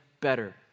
better